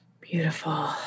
Beautiful